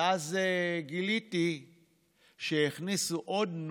אבל אז גיליתי שהכניסו עוד נושא,